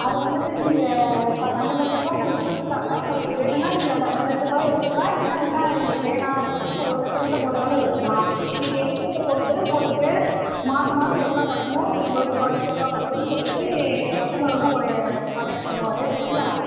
அது வந்துவிட்டு நீங்கள் பா ரெண்டு லட்சரூவா உங்களுக்கு கொடுத்துருக்காங்க உங்களுக்கு வேணும்னா நீங்கள் அந்த ரெண்ரை லட்சரூபாய எடுத்துக்கலாம் இல்லைன்னா வேணா எனக்கு வேணா இப்போதிக்கு ஒரு லட்சம் மட்டும் போதும்னாலும் எடுத்துக்கலாம் நீங்கள் எடுக்கிறது பொறுத்து உங்களுக்கு மாதம் மாதம் எவ்வளோ கட்டணும் உங்களுக்கு வட்டி எவ்வளோ வருதுன்னு சொல்லிவிட்டு எங்கள் கஸ்டமரை வந்து உங்களைய காண்டெக்ட் பண்ணுவார் சரிங்களா